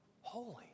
holy